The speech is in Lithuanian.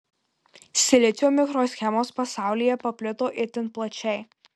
silicio mikroschemos pasaulyje paplito itin plačiai